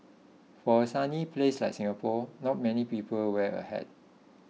for a sunny place like Singapore not many people wear a hat